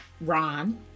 Ron